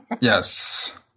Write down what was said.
Yes